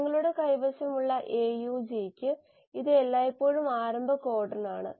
നിങ്ങളുടെ കൈവശമുള്ള AUG യ്ക്ക് ഇത് എല്ലായ്പ്പോഴും ആരംഭ കോഡണാണ്